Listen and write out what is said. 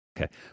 Okay